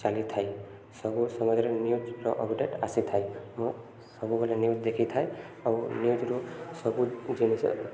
ଚାଲିଥାଏ ସବୁ ସମାୟରେ ନ୍ୟୁଜର ଅପଡ଼େଟ୍ ଆସିଥାଏ ମୁଁ ସବୁବେଳେ ନ୍ୟୁଜ୍ ଦେଖିଥାଏ ଆଉ ନ୍ୟୁଜ୍ରୁ ସବୁ ଜିନିଷ